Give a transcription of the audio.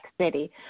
City